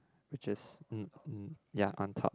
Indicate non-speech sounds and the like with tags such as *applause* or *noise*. which is *noise* ya on top